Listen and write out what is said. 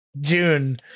June